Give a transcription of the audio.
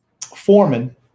Foreman